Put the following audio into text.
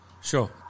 Sure